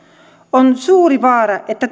on suuri vaara että